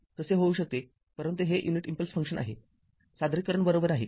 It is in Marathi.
तसे होऊ शकते परंतु हे युनिट इम्पल्स फंक्शन आहे सादरीकरण बरोबर आहे